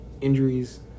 injuries